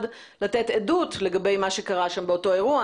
לתת עדות לגבי מה שקרה שם באותו אירוע.